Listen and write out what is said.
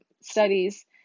studies